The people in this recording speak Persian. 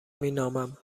مینامم